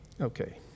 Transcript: Okay